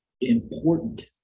important